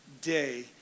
day